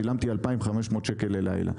שילמתי 2,500 שקלים ללילה.